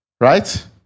Right